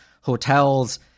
hotels